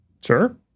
Sure